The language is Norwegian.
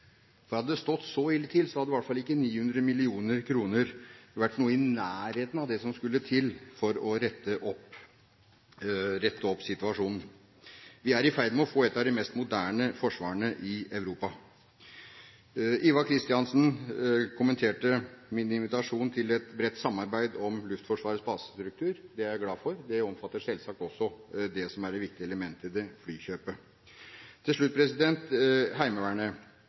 Hadde det stått så ille til, hadde i hvert fall ikke 900 mill. kr vært noe i nærheten av det som skulle til for å rette opp situasjonen. Vi er i ferd med å få et forsvar som er av de mest moderne i Europa. Ivar Kristiansen kommenterte min invitasjon til et bredt samarbeid om Luftforsvarets basestruktur. Det er jeg glad for. Det omfatter selvsagt også det som er det viktige elementet i det: flykjøpet. Til slutt til Heimevernet.